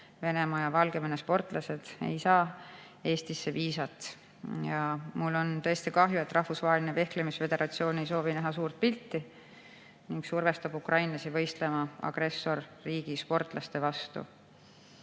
Venemaa ja Valgevene sportlased ei saa Eestisse viisat. Mul on tõesti kahju, et Rahvusvaheline Vehklemisföderatsioon ei soovi näha suurt pilti ning survestab ukrainlasi võistlema agressorriigi sportlaste vastu.